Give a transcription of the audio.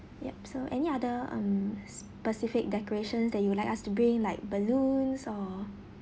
yup so any other um specific decorations that you would like us to bring like balloons or